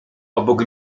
obok